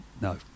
No